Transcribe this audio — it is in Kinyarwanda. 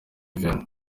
rev